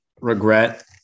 regret